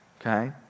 Okay